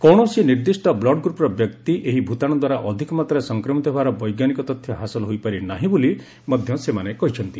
କୌଣସି ନିର୍ଦ୍ଦିଷ୍ଟ ବ୍ଲଡ୍ଗ୍ରପ୍ର ବ୍ୟକ୍ତି ଏହି ଭୂତାଣୁ ଦ୍ୱାରା ଅଧିକ ମାତ୍ରାରେ ସଂକ୍ରମିତ ହେବାର ବୈଜ୍ଞାନିକ ତଥ୍ୟ ହାସଲ ହୋଇପାରି ନାହିଁ ବୋଲି ମଧ୍ୟ ସେମାନେ କହିଚ୍ଛନ୍ତି